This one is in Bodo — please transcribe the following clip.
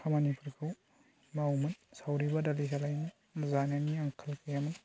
खामानिफोरखौ मावोमोन सावरि बादालि जालायोमोन जानायनि आंखाल गैयामोन